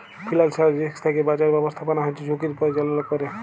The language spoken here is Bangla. ফিলালসিয়াল রিসক থ্যাকে বাঁচার ব্যাবস্থাপনা হচ্যে ঝুঁকির পরিচাললা ক্যরে